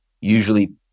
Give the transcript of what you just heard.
Usually